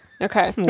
Okay